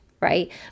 right